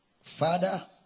Father